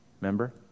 Remember